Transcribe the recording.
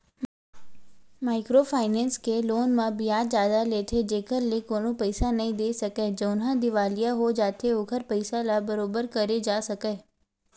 micro finance के loan म बियाज जादा लेथे जेखर ले कोनो पइसा नइ दे सकय जउनहा दिवालिया हो जाथे ओखर पइसा ल बरोबर करे जा सकय